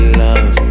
love